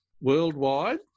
worldwide